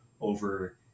over